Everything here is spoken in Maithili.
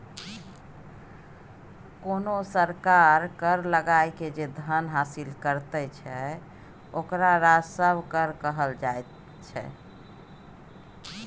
कोनो सरकार कर लगाकए जे धन हासिल करैत छै ओकरा राजस्व कर कहल जाइत छै